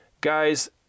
guys